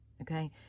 okay